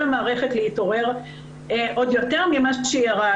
המערכת להתעורר עוד יותר ממה שהיא ערה.